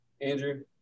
Andrew